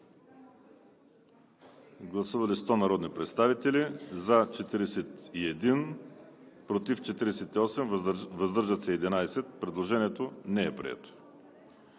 Гласували 112 народни представители: за 18, против 9, въздържали се 85. Предложението не е прието.